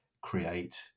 create